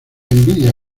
envidia